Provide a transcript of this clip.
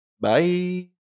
bye